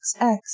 XX